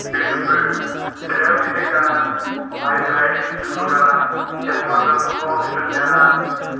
بیٚیہِ چھُس بہٕ ڈریوری تہِ کران بایک رایڈنٛگ تہِ چھُس بہٕ کران یَتھ منٛز زَن بہٕ پونٛسہٕ چھُس زینان